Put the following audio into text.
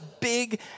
big